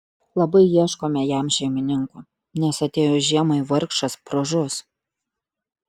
labai ieškome jam šeimininkų nes atėjus žiemai vargšas pražus